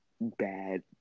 bad